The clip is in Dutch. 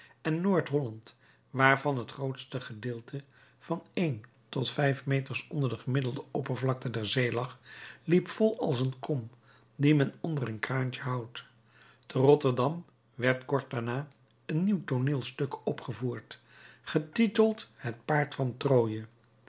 en noord-holland waarvan het grootste gedeelte van een tot meters onder de gemiddelde oppervlakte der zee lag liep vol als een kom die men onder een kraantje houdt te rotterdam werd kort daarna een nieuw tooneelstuk opgevoerd getiteld het paard van troje